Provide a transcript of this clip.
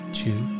two